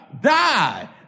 Die